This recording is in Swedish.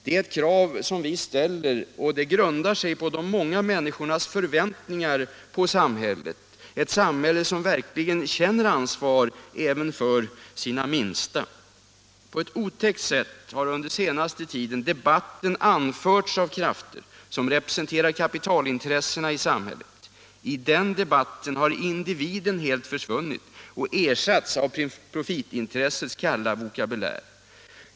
Det är ett krav som vi ställer och det grundar sig på de många människornas förväntningar på samhället, ett samhälle som verkligen känner ansvar även för ”sina minsta”. På ett otäckt sätt har under senaste tiden debatten dominerats av krafter som representerar kapitalintressena i samhället. I den debatten har individen helt försvunnit och ersatts av profitintressets kalla vokabulär.